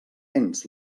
ens